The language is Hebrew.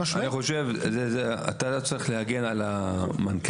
אני חושב שאתה צריך להגיע למנכ"ל,